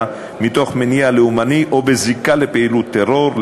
מתוך מניע לאומני או בזיקה לפעילות טרור,